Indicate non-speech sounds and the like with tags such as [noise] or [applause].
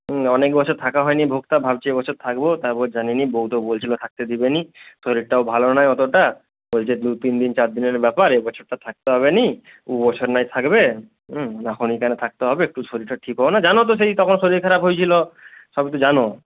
অনেক বছর থাকা হয় নি ভোক্তা ভাবছি এ বছর থাকব তারপর জানি নি বৌ তো বলছিলো থাকতে দিবে নি শরীরটাও ভালো নাই অতটা বলছে দু তিন দিন চার দিনের ব্যাপার এ বছরটা থাকতে হবে নি উ বছর নয় থাকবে এখনই কেন থাকতে হবে একটু শরীরটা ঠিক [unintelligible] জান তো সেই তখন শরীর খারাপ হইছিল সব তো জানো